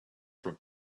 from